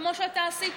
כמו שאתה עשית.